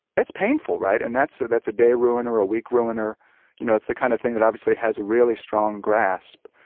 that's painful right and that's so that's a day ruin or a week ruined her you know it's the kind of thing that obviously has a really strong grasp.